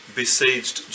besieged